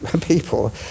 people